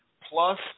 plus